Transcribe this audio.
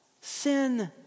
Sin